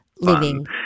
living